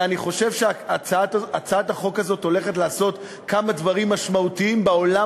ואני חושב שהצעת החוק הזאת הולכת לעשות כמה דברים משמעותיים בעולם